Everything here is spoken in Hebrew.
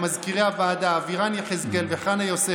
למזכירי הוועדה אבירן יחזקאל וחנה יוסף